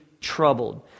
troubled